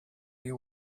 you